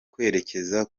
kwerekeza